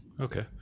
Okay